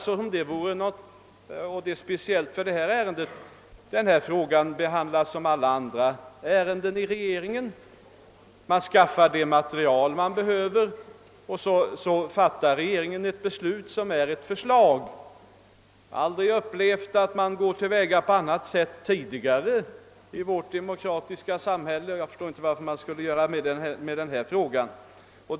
Skulle det vara något speciellt för detta ärende? Denna fråga behandlas som alla andra frågor i regeringen: man skaffar det material man behöver, och så fattar regeringen ett beslut som får bilda utgångspunkten för ett förslag. Jag har aldrig upplevt att man gått till väga på annat sätt i vårt demokratiska samhälle, och jag förstår inte varför man skulle göra det i denna fråga.